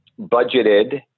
budgeted